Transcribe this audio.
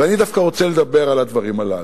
ואני דווקא רוצה לדבר על הדברים הללו.